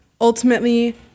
ultimately